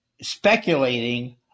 speculating